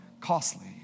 costly